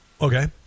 Okay